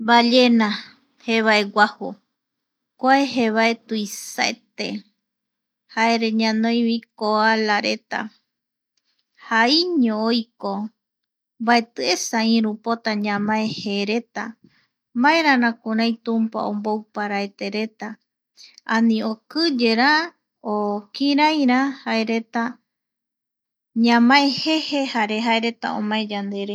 Ballena, jevae guaju kuae jevae tuisaete jaere ñanoivi, koalareta jaiño oiko mbatiesa irupota ñamae jereta maerara kurai tumpa ombou paraetereta, ani okiyerá o kiraira jaereta ñamae jeje jare jaereta omae ñandere.